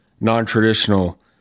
non-traditional